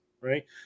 right